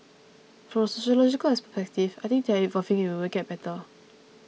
from a sociological perspective I think they are evolving and we will get better